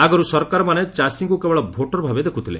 ଆଗରୁ ସରକାରମାନେ ଚାଷୀଙ୍କୁ କେବଳ ଭୋଟର୍ ଭାବେ ଦେଖୁଥିଲେ